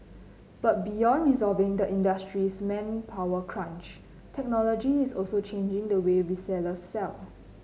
but beyond resolving the industry's manpower crunch technology is also changing the way retailers sell